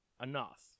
enough